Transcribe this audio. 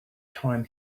time